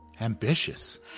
ambitious